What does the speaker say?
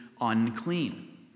unclean